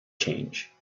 change